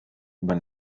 über